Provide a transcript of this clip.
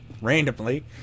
randomly